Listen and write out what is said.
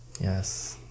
Yes